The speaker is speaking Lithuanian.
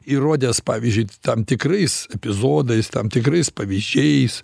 įrodęs pavyzdžiui tam tikrais epizodais tam tikrais pavyzdžiais